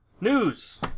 News